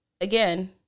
again